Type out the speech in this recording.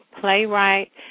playwright